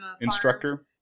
instructor